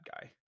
guy